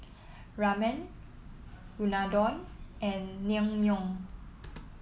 Ramen Unadon and Naengmyeon